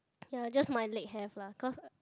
ya just my leg have lah cause